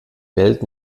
welt